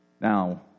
Now